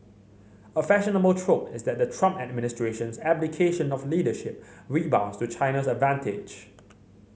a fashionable trope is that the Trump administration's abdication of leadership rebounds to China's advantage